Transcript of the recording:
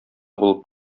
булып